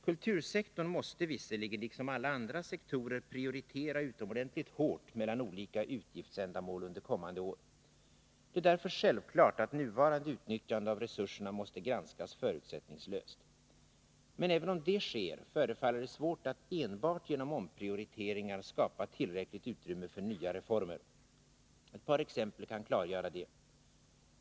Kultursektorn måste visserligen — liksom alla andra sektorer — prioritera utomordentligt hårt mellan olika utgiftsändamål under kommande år. Det är därför självklart att nuvarande utnyttjande av resurserna måste granskas förutsättningslöst. Men även om det sker, förefaller det svårt att enbart genom omprioriteringar skapa tillräckligt utrymme för nya reformer. Ett par exempel kan klargöra detta.